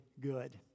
good